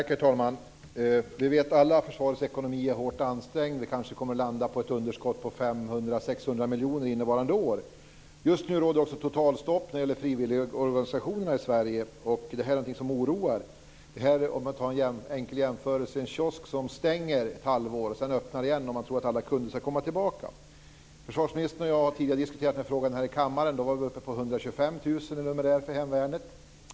Herr talman! Vi vet alla att försvarets ekonomi är hårt ansträngd. Vi kanske kommer att landa på ett underskott på 500-600 miljoner innevarande år. Just nu råder det också totalstopp när det gäller frivilligorganisationerna i Sverige, och det är något som oroar. Vi kan göra en enkel jämförelse med en kiosk som stänger ett halvår för att sedan öppna igen och man då tror att alla kunder ska komma tillbaka. Försvarsministern och jag har tidigare diskuterat den här frågan i kammaren. Då var vi uppe i 125 000 i numerär för hemvärnet.